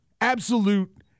absolute